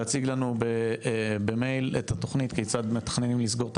להציג לנו במייל את התוכנית כיצד מתכננים לסגור את